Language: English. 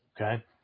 okay